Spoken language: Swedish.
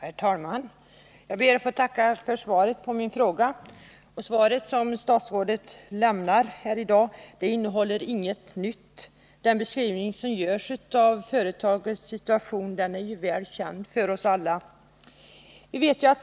Herr talman! Jag ber att få tacka för svaret på min fråga. Det svar statsrådet lämnat här i dag innehåller ingenting nytt. Den beskrivning som görs av företagets situation är ju väl känd för oss alla.